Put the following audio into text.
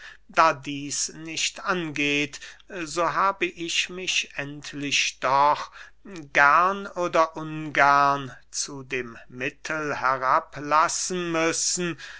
da dieß nicht angeht so habe ich mich endlich doch gern oder ungern zu dem mittel herablassen müssen